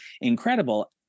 incredible